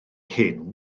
hyn